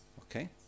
Okay